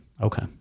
Okay